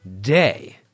day